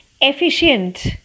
efficient